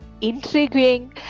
intriguing